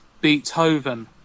Beethoven